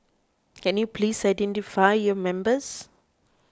can you please identify your members